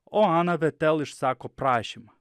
o ana vetel išsako prašymą